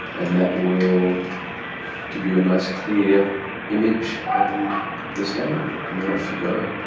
and that will give you a nice clear image and the sound, and then off you go.